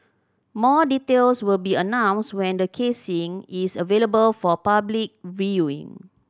more details will be announced when the casing is available for public viewing